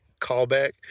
callback